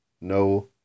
no